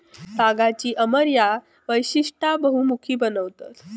तागाची अमर्याद वैशिष्टा बहुमुखी बनवतत